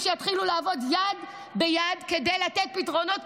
ושיתחילו לעבוד יד ביד כדי לתת פתרונות,